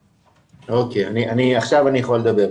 אוקיי, עכשיו אני יכול לדבר.